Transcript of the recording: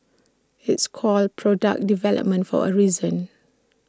it's called 'product development' for A reason